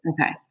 Okay